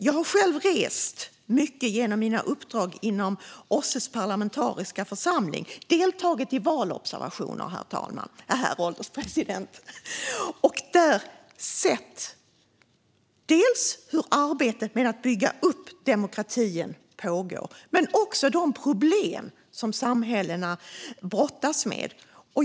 Jag har själv rest mycket genom mina uppdrag inom OSSE:s parlamentariska församling. Jag har deltagit i valobservationer, herr ålderspresident, och då sett både hur arbetet med att bygga upp demokratier pågår och de problem som dessa samhällen brottas med.